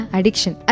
Addiction